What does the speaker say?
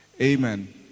Amen